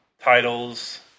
titles